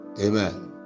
Amen